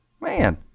Man